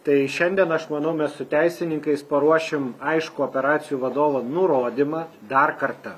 tai šiandien aš manau mes su teisininkais paruošim aiškų operacijų vadovo nurodymą dar kartą